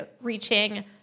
reaching